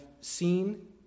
seen